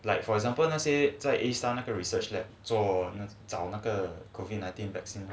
like for example 那些在 A_star research lab 做找那个 COVID nineteen vaccine